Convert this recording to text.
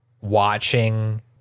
watching